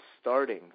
starting